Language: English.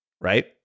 right